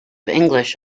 english